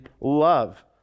love